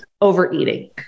overeating